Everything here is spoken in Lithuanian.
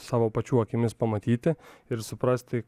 savo pačių akimis pamatyti ir suprasti